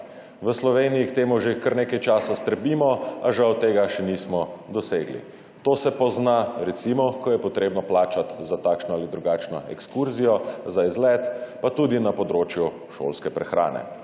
V Sloveniji k temu že kar nekaj časa stremimo, a žal tega še nismo dosegli. To se pozna recimo, ko je potrebno plačati za takšno ali drugačno ekskurzijo, za izlet, pa tudi na področju šolske prehrane.